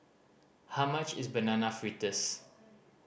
how much is Banana Fritters